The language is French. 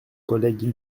collègue